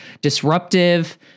disruptive